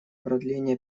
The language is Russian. продления